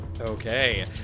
Okay